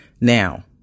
Now